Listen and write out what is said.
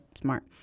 smart